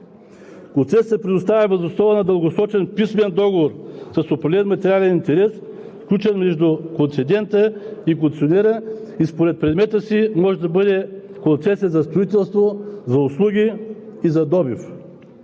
Концесията се предоставя въз основа на дългосрочен писмен договор с определен материален интерес, сключен между концедента и концесионера и според предмета си може да бъде: концесия за строителство, за услуги и за добив.